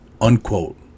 unquote